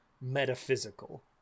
metaphysical